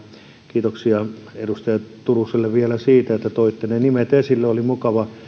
kiitoksia edustaja turuselle vielä siitä että toitte ne nimet esille oli mukava